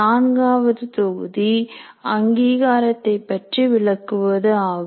நான்காவது தொகுதி அங்கீகாரத்தை பற்றி விளக்குவது ஆகும்